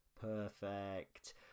perfect